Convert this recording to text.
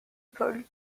paul